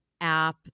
app